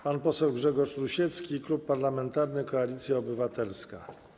Pan poseł Grzegorz Rusiecki, Klub Parlamentarny Koalicja Obywatelska.